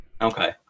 Okay